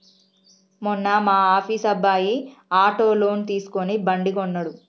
మొన్న మా ఆఫీస్ అబ్బాయి ఆటో లోన్ తీసుకుని బండి కొన్నడు